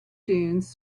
dunes